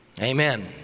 Amen